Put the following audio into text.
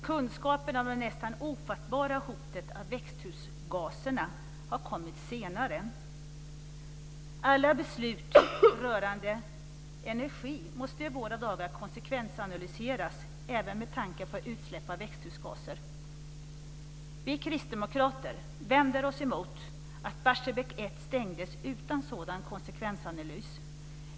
Kunskapen om det nästan ofattbara hotet av växthusgaserna har kommit senare. Alla beslut rörande energi måste i våra dagar konsekvensanalyseras även med tanke på utsläpp av växthusgaser. Vi kristdemokrater vänder oss emot att Barsebäck 1 stängdes utan sådan konsekvensanalys.